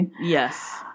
Yes